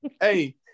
Hey